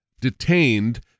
detained